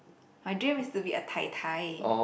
my dream is to be a tai tai